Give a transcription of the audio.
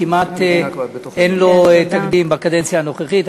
כמעט אין לכך תקדים בקדנציה הנוכחית.